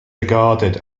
regarded